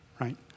right